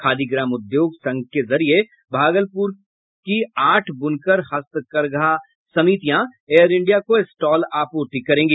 खादी ग्राम उद्योग संघ के जरिये भागलपुर की आठ ब्रनकर हस्करघा समितियां एयर इंडिया को स्टॉल आप्रर्ति करेगी